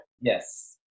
Yes